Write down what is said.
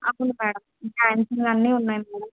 అవును మేడం డాన్సులు అన్నీ ఉన్నాయి మేడం